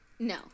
No